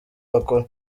bakora